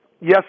Yes